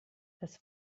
das